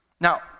Now